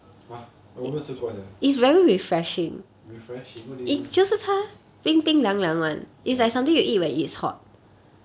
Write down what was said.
!huh! 我没有吃过 sia refreshing what do you mean ya